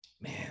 man